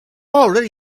already